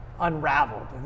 Unraveled